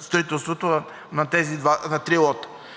строителството на тези три лота.